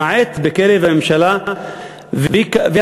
למעט בקרב הממשלה והקואליציה,